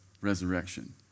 resurrection